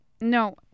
No